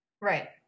right